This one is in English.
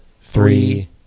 three